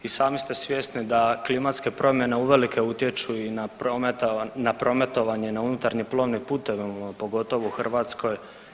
I sami ste svjesni da klimatske promjene uvelike utječu i na prometovanje i na unutarnje plovne puteve, pogotovo u Hrvatskoj.